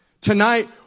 Tonight